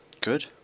Good